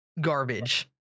garbage